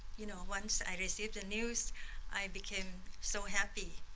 you know, once i received the news i became so happy,